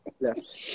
Yes